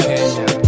Kenya